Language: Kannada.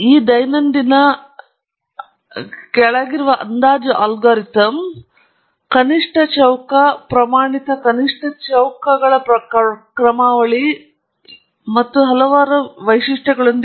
ಈ ದೈನಂದಿನ ಕೆಳಗಿರುವ ಅಂದಾಜು ಅಲ್ಗಾರಿದಮ್ ಕನಿಷ್ಠ ಚೌಕ ಪ್ರಮಾಣಿತ ಕನಿಷ್ಠ ಚೌಕಗಳ ಕ್ರಮಾವಳಿ ಇತರ ಹಲವು ವೈಶಿಷ್ಟ್ಯಗಳೊಂದಿಗೆ